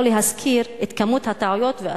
שלא להזכיר את כמות הטעויות הלשוניות,